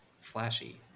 flashy